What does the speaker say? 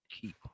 Keep